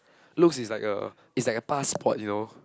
looks is like a is like a passport you know